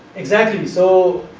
exactly. so,